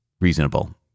reasonable